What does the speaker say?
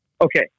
okay